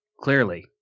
clearly